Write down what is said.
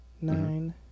nine